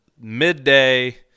midday